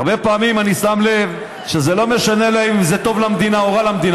הרבה פעמים אני שם לב שזה לא משנה להם אם זה טוב למדינה או רע למדינה.